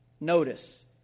notice